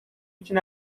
için